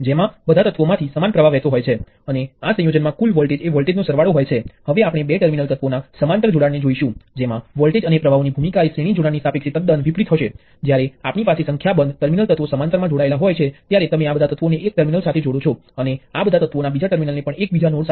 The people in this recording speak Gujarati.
આપણે વિવિધ પ્રકારના અવરોધ ના શ્રેણીબદ્ધ જોડાણ અથવા તો વોલ્ટેજ સ્ત્રોત ના શ્રેણીબદ્ધ જોડાણ અને બીજુ ઘણુ બધુ જોયુ છે